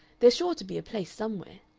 there's sure to be a place somewhere.